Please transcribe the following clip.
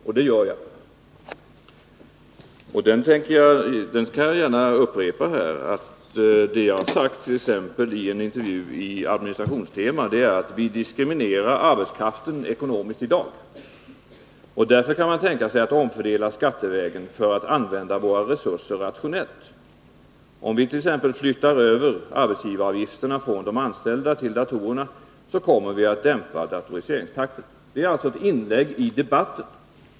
Och det gör jag — jag vill gärna upprepa detta. Jag har t.ex. sagt i en intervju i Administrationstema att vi diskriminerar arbetskraften ekonomiskt i dag. Därför kan man tänka sig att omfördela skattevägen för att använda våra resurser rationellt. Om vi t.ex. flyttar över arbetsgivaravgifterna från de anställda till datorerna, så kommer vi att dämpa datoriseringstakten. Detta är alltså ett inlägg i debatten.